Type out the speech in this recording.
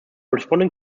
responding